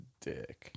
Dick